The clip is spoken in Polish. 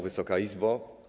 Wysoka Izbo!